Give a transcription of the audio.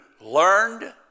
learned